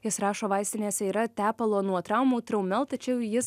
jis rašo vaistinėse yra tepalo nuo traumų traumel tačiau jis